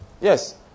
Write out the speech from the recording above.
Yes